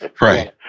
Right